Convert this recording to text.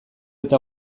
eta